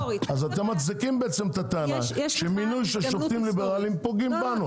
אז אתם מצדיקים את הטענה שמינוי של שופטים ליברלים פוגע בנו.